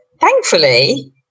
thankfully